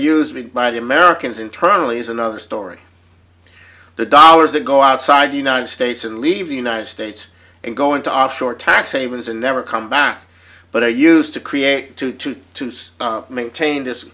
used by the americans internally is another story the dollars that go outside the united states and leave the united states and go into offshore tax havens and never come back but i used to create two to to say maintain this